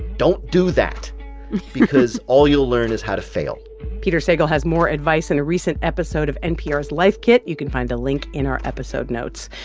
don't do that because all you'll learn is how to fail peter sagal has more advice in a recent episode of npr's life kit. you can find the link in our episode notes.